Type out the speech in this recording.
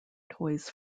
toys